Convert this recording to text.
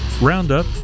roundup